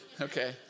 okay